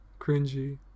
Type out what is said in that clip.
Cringy